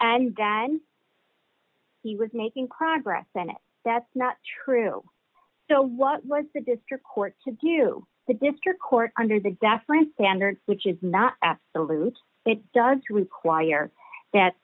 then he was making progress and that's not true so what was the district court to do the district court under the deference standards which is not absolute it does require that